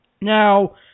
Now